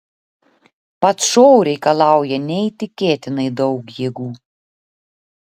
pats šou reikalauja neįtikėtinai daug jėgų